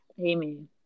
Amen